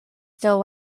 still